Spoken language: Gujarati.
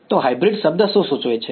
તો હાઇબ્રિડ શબ્દ શું સૂચવે છે